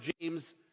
James